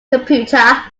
computer